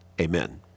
amen